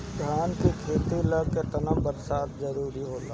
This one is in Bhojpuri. धान के खेती ला केतना बरसात जरूरी होला?